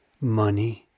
Money